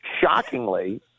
shockingly